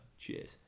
Cheers